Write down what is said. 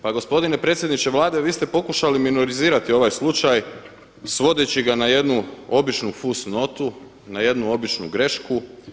Pa gospodine predsjedniče Vlade, vi ste pokušali minorizirati ovaj slučaj svodeći ga na jednu običnu fusnotu, na jednu običnu grešku.